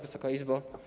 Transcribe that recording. Wysoka Izbo!